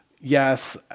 yes